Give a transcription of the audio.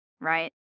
right